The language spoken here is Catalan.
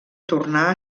tornar